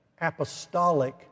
apostolic